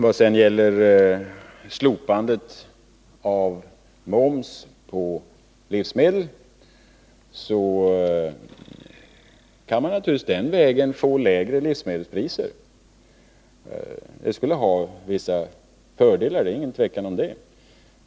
Vad sedan gäller slopandet av moms på livsmedel vill jag säga att man på den vägen kan få lägre livsmedelspriser. Det skulle ha vissa fördelar — det är inget tvivel om det.